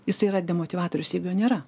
jis yra demotyvatorius jeigu jo nėra